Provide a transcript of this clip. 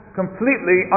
completely